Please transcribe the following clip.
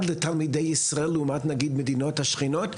לתלמידי ישראל לעומת המדינות השכנות?